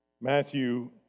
Matthew